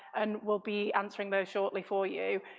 and we'll be answering those shortly for you.